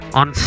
on